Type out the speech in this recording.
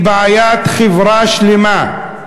היא בעיית חברה שלמה.